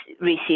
Receive